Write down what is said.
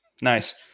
Nice